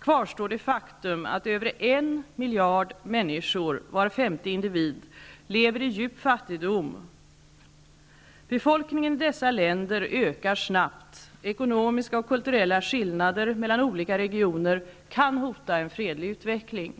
kvarstår det faktum att över en miljard människor, var femte individ, lever i djup fattigdom. Befolkningen i dessa länder ökar snabbt. Ekonomiska och kulturella skillnader mellan olika regioner kan hota en fredlig utveckling.